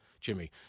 Jimmy